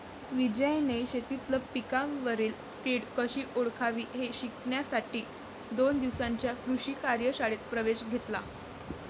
विजयने शेतीतील पिकांवरील कीड कशी ओळखावी हे शिकण्यासाठी दोन दिवसांच्या कृषी कार्यशाळेत प्रवेश घेतला